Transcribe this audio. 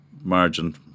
margin